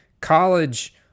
College